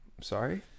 Sorry